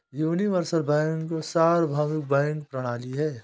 universal bank सार्वभौमिक bank प्रणाली है